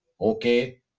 Okay